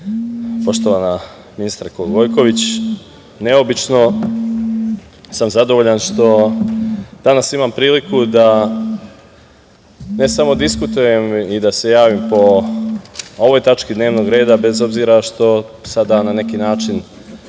poštovana ministarko Gojković, neobično sam zadovoljan što danas imam priliku da ne samo diskutujem i da se javim po ovoj tački dnevnog reda, bez obzira što sada na neki način